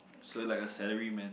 so you're like a salary man